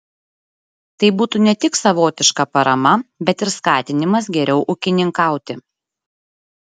tai būtų ne tik savotiška parama bet ir skatinimas geriau ūkininkauti